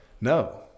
no